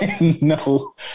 No